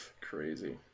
crazy